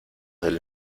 del